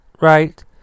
right